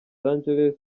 angeles